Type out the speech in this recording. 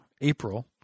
April